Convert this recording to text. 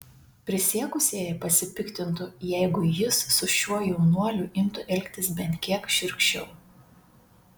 prisiekusieji pasipiktintų jeigu jis su šiuo jaunuoliu imtų elgtis bent kiek šiurkščiau